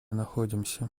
находимся